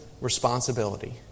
responsibility